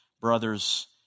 brothers